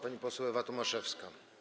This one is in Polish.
Pani poseł Ewa Tomaszewska.